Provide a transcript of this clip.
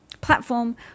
platform